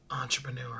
entrepreneur